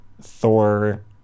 Thor